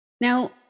Now